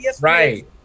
Right